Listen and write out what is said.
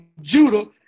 Judah